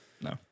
No